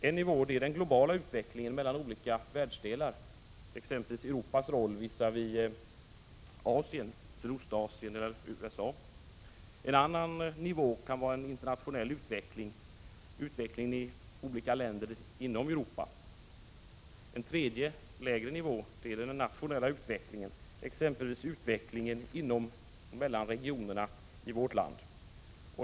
En nivå är den globala utvecklingen i olika världsdelar, exempelvis Europas roll visavi Sydostasien eller USA. En annan nivå kan vara utvecklingen i olika länder, t.ex. i Europa. En tredje, lägre nivå är den nationella utvecklingen, exempelvis utvecklingen inom och mellan regionerna i vårt land.